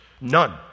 None